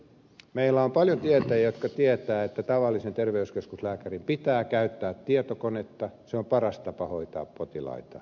meillä on paljon tietäjiä jotka tietävät että tavallisen terveyskeskuslääkärin pitää käyttää tietokonetta se on paras tapa hoitaa potilaita